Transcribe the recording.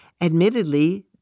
Admittedly